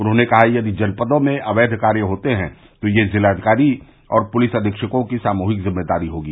उन्होंने कहा कि यदि जनपदों में अवैध कार्य होते हैं तो यह जिलाधिकारी और पुलिस अधीक्षकों की सामूहिक जिम्मेदारी होगी